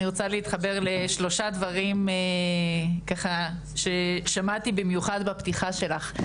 אני רוצה להתחבר לשלושה דברים ששמעתי בפתיחה שלך.